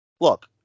look